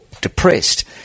depressed